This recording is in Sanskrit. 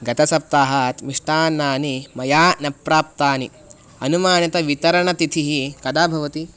गतसप्ताहात् मिष्टान्नानि मया न प्राप्तानि अनुमानतवितरणतिथिः कदा भवति